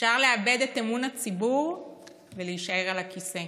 אפשר לאבד את אמון הציבור ולהישאר על הכיסא,